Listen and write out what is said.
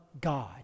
God